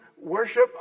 worship